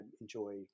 enjoy